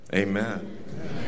Amen